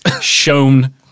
shown